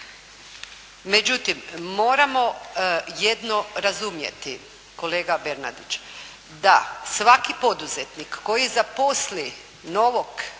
Međutim, moramo jedno razumjeti kolega Bernardić, da svaki poduzetnik koji zaposli novog